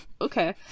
Okay